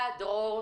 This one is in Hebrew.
תודה רבה דרור.